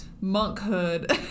monkhood